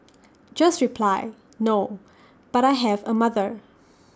just reply no but I have A mother